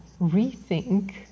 rethink